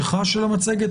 בהמשך לדיון הקודם,